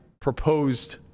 proposed